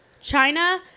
China